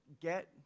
get